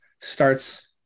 starts